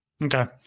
Okay